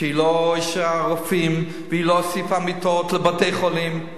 שלא אישרה רופאים ולא הוסיפה מיטות לבתי-חולים.